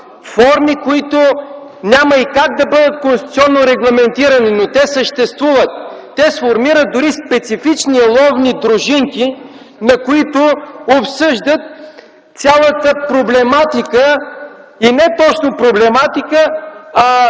форми, които няма и как да бъдат конституционно регламентирани, но те съществуват. Те сформират дори специфични ловни дружинки, на които обсъждат цялата проблематика и не точно проблематика, а